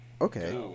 Okay